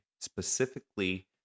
specifically